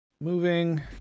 moving